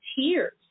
tears